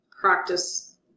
practice